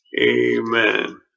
Amen